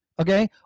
Okay